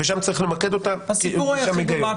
שם צריך למקד אותה כי שם היא קיימת.